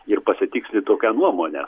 ir pasitikslint tokią nuomonę